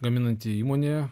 gaminanti įmonė